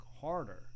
harder